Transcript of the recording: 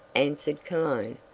answered cologne.